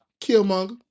Killmonger